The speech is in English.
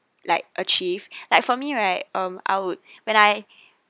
like achieve like for me right um I would when I